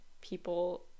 people